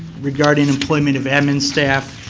regarding employment of ammon staff,